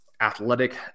athletic